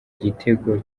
gitego